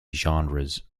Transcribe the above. genres